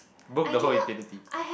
book the whole infinity